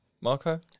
Marco